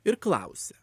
ir klausia